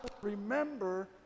remember